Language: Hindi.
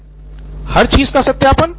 श्याम पॉल एम हर चीज का सत्यापन